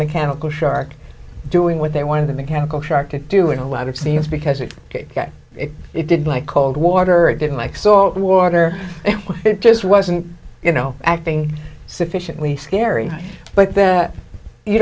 mechanical shark doing what they wanted the mechanical shark to do in a lot of scenes because it it did like cold water it didn't like salt water it just wasn't you know acting sufficiently scary but that you